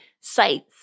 sites